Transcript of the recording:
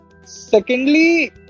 Secondly